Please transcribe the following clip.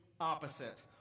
opposite